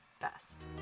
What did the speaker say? best